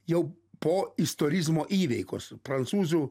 jau po istorizmo įveikos prancūzų